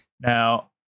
Now